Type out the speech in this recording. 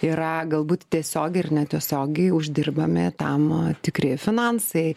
yra galbūt tiesiogiai ir netiesiogiai uždirbami tam tikri finansai